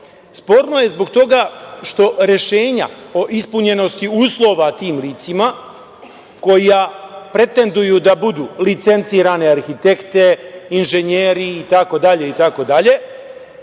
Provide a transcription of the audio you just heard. Sporno je zbog toga što rešenja o ispunjenosti uslova tim licima koja pretenduju da budu licencirane arhitekte, inženjeri itd. ta